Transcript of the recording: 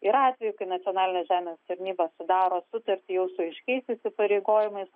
yra atveju kai nacionalinė žemės tarnyba sudaro sutartį su aiškiais įsipareigojimais